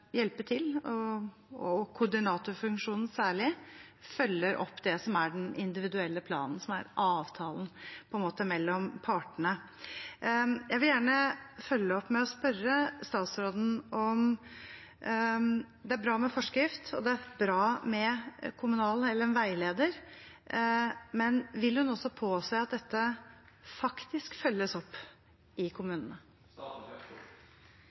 hjelpe til, særlig koordinatorfunksjonen, følger opp det som er den individuelle planen, som på en måte er avtalen mellom partene. Jeg vil gjerne følge opp ved å spørre statsråden om følgende: Det er bra med forskrift og en veileder, men vil hun også påse at dette faktisk følges opp i kommunene?